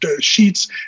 sheets